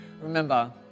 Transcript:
Remember